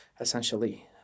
essentially